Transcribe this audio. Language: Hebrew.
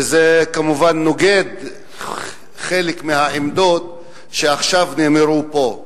וזה כמובן נוגד חלק מהעמדות שעכשיו נאמרו פה.